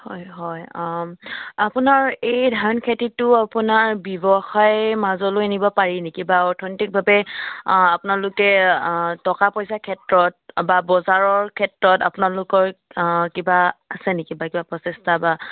হয় হয় আপোনাৰ এই ধান খেতিটো আপোনাৰ ব্যৱসায় মাজলৈ নিব পাৰি নেকি বা অৰ্থনৈতিকভাৱে আপোনালোকে টকা পইচাৰ ক্ষেত্ৰত বা বজাৰৰ ক্ষেত্ৰত আপোনালোকৰ কিবা আছে নেকি বা কিবা প্ৰচেষ্টা বা